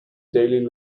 daily